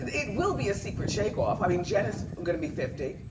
it will be a secret shake-off. i mean, jen is gonna be fifty.